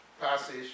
passage